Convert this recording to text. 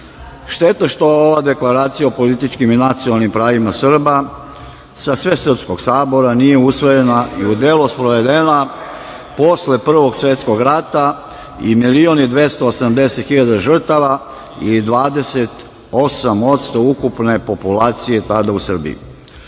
što ova deklaracija o političkim i nacionalnim pravima Srba sa Svesrpskog sabora nije usvojena i u delo sprovedena posle Prvog svetskog rata i milion i 280 hiljada žrtava i 28% ukupne populacije tada u Srbiji. Posle